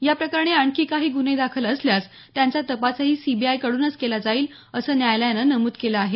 या प्रकरणी आणखी काही गुन्हे दाखल असल्यास त्यांचा तपासही सीबीआयकडूनच केला जाईल असं न्यायालयानं नमूद केलं आहे